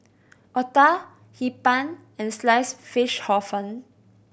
otah Hee Pan and slice fish Hor Fun